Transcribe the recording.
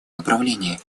направлении